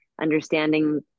understanding